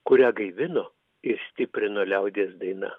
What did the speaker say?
kurią gaivino ir stiprino liaudies daina